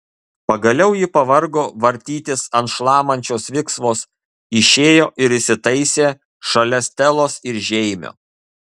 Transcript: pagaliau ji pavargo vartytis ant šlamančios viksvos išėjo ir įsitaisė šalia stelos ir žeimio